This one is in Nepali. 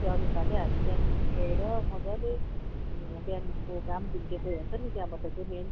त्योअनुसारले हामी त्यहाँदेखि गएर मज्जाले बिहानको घाम झुल्केको हेर्छ नि त्यहाँबाट चाहिँ मेन